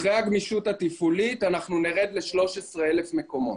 אחרי הגמישות התפעולית אנחנו נרד ל-13,000 מקומות.